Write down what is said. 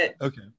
okay